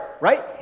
right